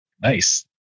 Nice